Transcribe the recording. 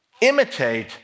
Imitate